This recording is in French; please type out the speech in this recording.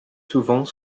souvent